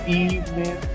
evening